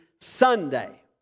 Sunday